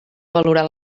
valorar